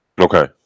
Okay